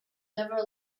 never